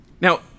Now